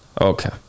Okay